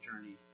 journey